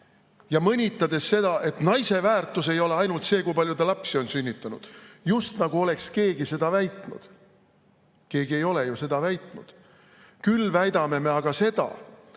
ja mõnitades seda, et naise väärtus [seisneb] ainult selles, kui palju ta lapsi on sünnitanud, just nagu oleks keegi seda väitnud. Keegi ei ole ju seda väitnud. Küll väidame me aga seda,